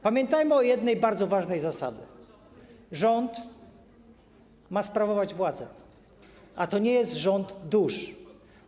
Pamiętajmy o jednej bardzo ważnej zasadzie: rząd ma sprawować władzę, a to nie jest rząd dusz.